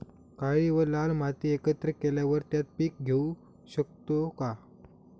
काळी व लाल माती एकत्र केल्यावर त्यात पीक घेऊ शकतो का?